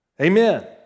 Amen